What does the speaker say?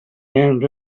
and